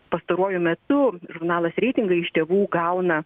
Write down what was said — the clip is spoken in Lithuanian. pastaruoju metu žurnalas reitingai iš tėvų gauna